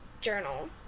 journal